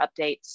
updates